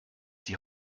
die